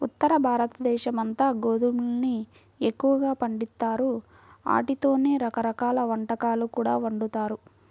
ఉత్తరభారతదేశమంతా గోధుమల్ని ఎక్కువగా పండిత్తారు, ఆటితోనే రకరకాల వంటకాలు కూడా వండుతారు